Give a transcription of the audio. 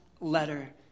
letter